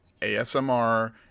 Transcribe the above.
asmr